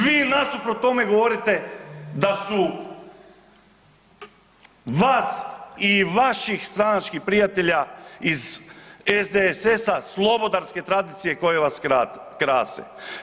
Vi nasuprot tome govorite da su vas i vaših stranačkih prijatelja iz SDSS-a slobodarske tradicije koje vas krase.